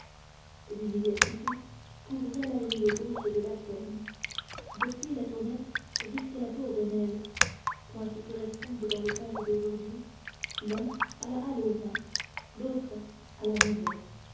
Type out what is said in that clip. l'université couvrait la rive gauche de la seine depuis la tournelle jusqu'à la tour de nesle points qui correspondent dans le paris d'aujourd'hui l'un à la halle aux vins l'autre à la monnaie